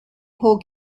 poor